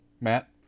Matt